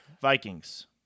Vikings